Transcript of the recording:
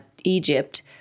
Egypt